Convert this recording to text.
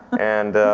and